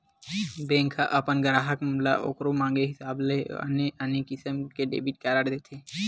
bank ह अपन गराहक ल ओखर मांगे हिसाब ले आने आने किसम के डेबिट कारड देथे